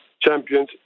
champions